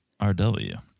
RW